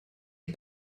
est